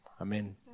Amen